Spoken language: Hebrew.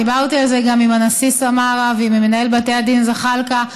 דיברתי על זה גם עם הנשיא סמארה ועם מנהל בתי הדין זחאלקה,